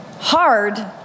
hard